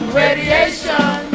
radiation